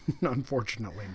Unfortunately